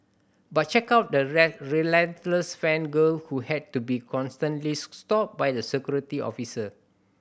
but check out the relentless fan girl who had to be constantly stopped by the security officer